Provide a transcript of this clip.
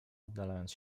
oddalając